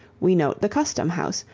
we note the custom house,